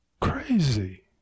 crazy